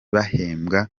bahembwa